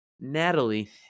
Natalie